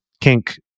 kink